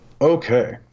okay